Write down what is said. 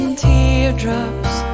teardrops